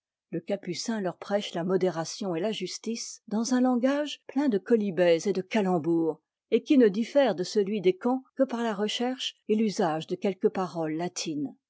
le capucin leur prêche la modération et la justice dans un langage plein de quolibets et de calembours et qui ne diffère de celui des camps que par la recherche et l'usage de quelques paroles latines